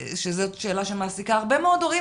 שזאת שאלה שמעסיקה הרבה מאוד הורים